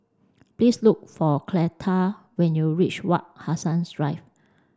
please look for Cleta when you reach Wak Hassan Drive